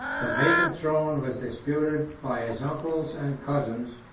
the vacant throne was disputed by his uncles and cousins,